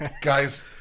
Guys